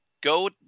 go